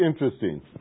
interesting